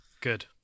Good